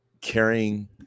carrying